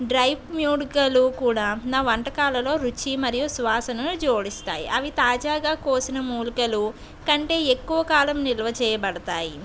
drive మ్యూడి కల్లు కూడా నా వంటకాలలో రుచి మరియు సువాసనలను జోడిస్తాయి అవి తాజాగా కోసిన మూలికలు కంటే ఎక్కువ కాలం నిల్వ చేయబడతాయి